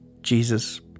Jesus